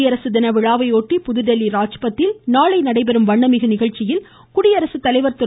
குடியரசு தின விழாவை ஒட்டி புதுதில்லி ராஜ்பாத்தில் நடைபெறும் வண்ணமிகு நிகழ்ச்சியில் குடியரசுத்தலைவர் திரு